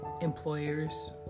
employers